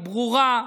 היא ברורה.